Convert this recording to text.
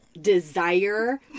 desire